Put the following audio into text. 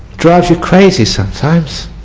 drives you crazy sometimes.